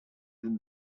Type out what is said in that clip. than